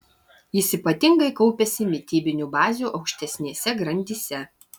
jis ypatingai kaupiasi mitybinių bazių aukštesnėse grandyse